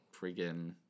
Freaking